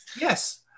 Yes